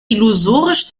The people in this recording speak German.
illusorisch